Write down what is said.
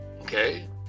Okay